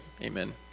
amen